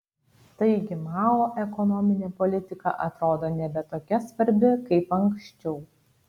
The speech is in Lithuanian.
taigi mao ekonominė politika atrodo nebe tokia svarbi kaip anksčiau